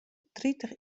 tritich